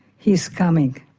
he is coming.